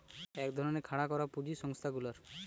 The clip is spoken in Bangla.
এক ধরণের খাড়া করা পুঁজি সংস্থা গুলার